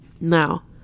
Now